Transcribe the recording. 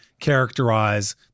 characterize